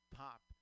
pop